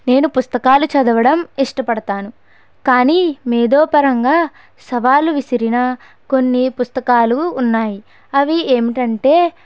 నేను పుస్తకాలు చదవడం ఇష్టపడుతాను కానీ మేధోపరంగా సవాలు విసిరిన కొన్ని పుస్తకాలు ఉన్నాయి అవి ఏమిటంటే